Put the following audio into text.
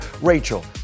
Rachel